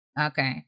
Okay